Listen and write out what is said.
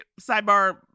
sidebar